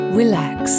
relax